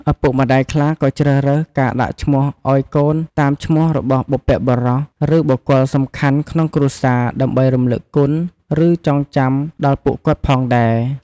ឪពុកម្តាយខ្លះក៏ជ្រើសរើសការដាក់ឈ្មោះឲ្យកូនតាមឈ្មោះរបស់បុព្វបុរស ឬ បុគ្គលសំខាន់ក្នុងគ្រួសារ ដើម្បីរំលឹកគុណ ឬ ចងចាំដល់ពួកគាត់ផងដែរ។